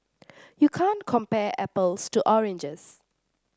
you can't compare apples to oranges